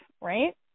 right